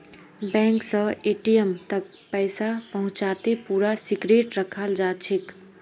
bank स ATM तक पैसा पहुंचाते पूरा सिक्रेट रखाल जाछेक